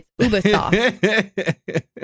Ubisoft